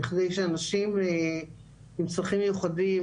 בכדי שאנשים עם צרכים מיוחדים,